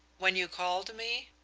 when you called me?